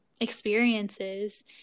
experiences